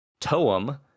Toem